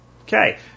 Okay